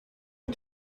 ont